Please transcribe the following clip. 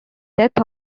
death